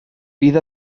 bydd